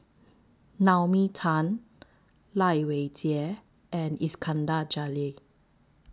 Naomi Tan Lai Weijie and Iskandar Jalil